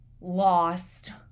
lost